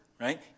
Right